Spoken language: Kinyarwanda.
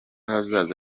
hazaza